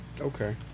Okay